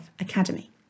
Academy